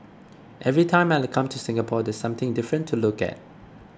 every time I come to Singapore there's something different to look at